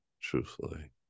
Truthfully